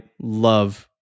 love